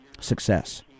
success